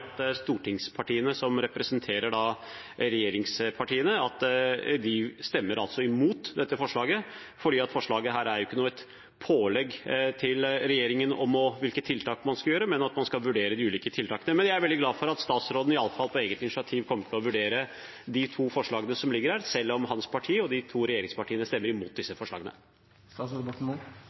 regjeringspartiene på Stortinget stemmer imot dette forslaget. Forslaget er jo ikke et pålegg til regjeringen om hvilke tiltak man skal gjøre, men at man skal vurdere de ulike tiltakene. Jeg er veldig glad for at statsråden iallfall på eget initiativ kommer til å vurdere de to forslagene som ligger der, selv om hans parti og det andre regjeringspartiet stemmer imot disse